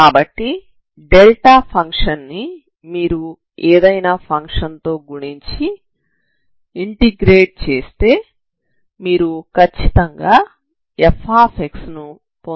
కాబట్టి డెల్టా ఫంక్షన్ను మీరు ఏదైనా ఫంక్షన్ తో గుణించి ఇంటిగ్రేట్ చేస్తే మీరు ఖచ్చితంగా f ను పొందుతారు